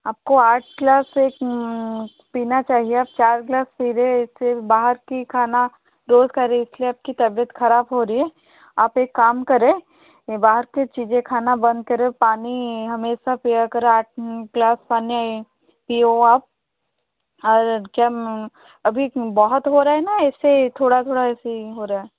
आपको आठ गिलास पीना चाहिए आप चार गिलास पी रहे हैं फिर बाहर का खाना रोज़ खा रहे इस लिए आपकी तबीयत ख़राब हो रही है आप एक काम करें ये बाहर की चीज़े खाना बंद करें पानी हमेशा पिया करें आठ गिलास पानी पीओ आप और अभी बहुत हो रहा है ना ऐसे थोड़ा थोड़ा ऐसे हो रहा